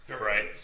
right